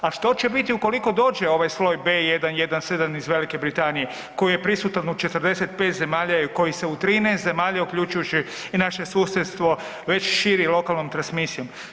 A što će biti ukoliko dođe ovaj soj B117 iz Velike Britanije koji je prisutan u 45 zemalja i koji se u 13 zemalja uključujući i naše susjedstvo već širi okolnom transmisijom?